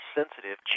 sensitive